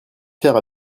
faire